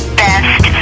best